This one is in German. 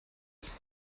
ist